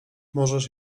możesz